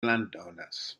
landowners